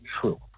true